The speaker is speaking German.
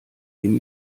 dem